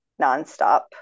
nonstop